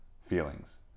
feelings